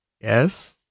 yes